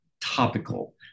topical